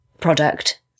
product